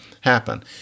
happen